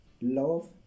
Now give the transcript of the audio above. love